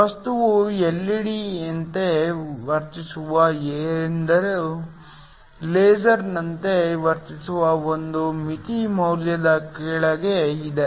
ವಸ್ತುವು ಎಲ್ಇಡಿಯಂತೆ ವರ್ತಿಸುವ ಒಂದು ಲೇಸರ್ ನಂತೆ ವರ್ತಿಸುವ ಒಂದು ಮಿತಿ ಮೌಲ್ಯದ ಕೆಳಗೆ ಇದೆ